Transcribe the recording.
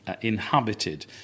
inhabited